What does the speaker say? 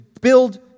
build